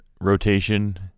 rotation